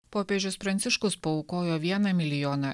popiežius pranciškus paaukojo vieną milijoną